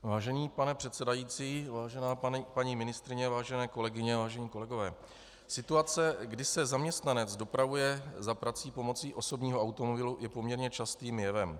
Vážený pane předsedající, vážená paní ministryně, vážené kolegyně, vážení kolegové, situace, kdy se zaměstnanec dopravuje za prací pomocí osobního automobilu, je poměrně častým jevem.